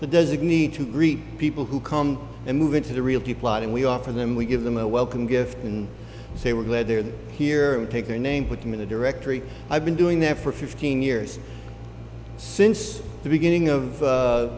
the designee to greet people who come and move into the real key plot and we offer them we give them a welcome gift and say we're glad they're here take their name put them in a directory i've been doing that for fifteen years since the beginning of